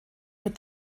mit